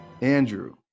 Andrew